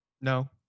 No